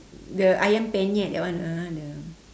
the ayam penyet that one ah the